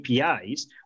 APIs